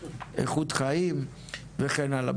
איכות חיים וכן הלאה.